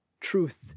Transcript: truth